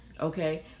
okay